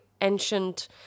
ancient